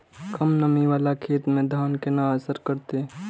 कम नमी वाला खेत में धान केना असर करते?